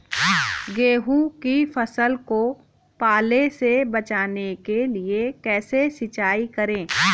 गेहूँ की फसल को पाले से बचाने के लिए कैसे सिंचाई करें?